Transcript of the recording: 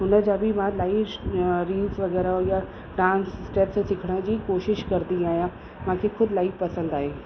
उन जा बि मां इलाही रील्स वग़ैरह या डांस स्टेप्स सिखण जी कोशिशि कंदी आहियां मूंखे इलाही ख़ुदि पसंदि आहे